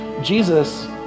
Jesus